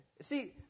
See